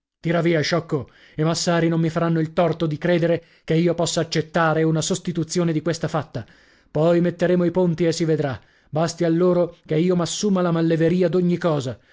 tira via sciocco i massari non mi faranno il torto di credere che io possa accettare una sostituzione di questa fatta poi metteremo i ponti e si vedrà basti a loro che io m'assuma la malleveria d'ogni cosa